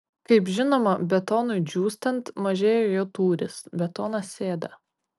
kaip žinoma betonui džiūstant mažėja jo tūris betonas sėda